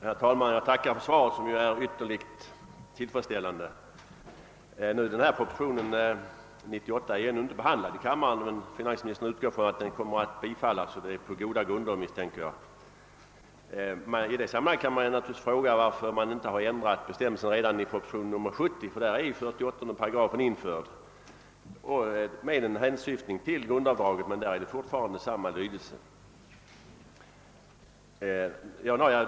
Herr talman! Jag tackar för svaret, som är mycket tillfredsställande. Kungl. Maj:ts proposition 98 är ännu inte behandlad här i kammaren, men finansministern utgår från — på goda grunder, misstänker jag — att den kommer att bifallas. Man kan i sammanhanget fråga varför den bestämmelse det här gäller inte ändrades redan i propositionen 70, där 48 8 finns införd med hänsyftning till grundavdraget och där lydelsen fortfarande är densamma.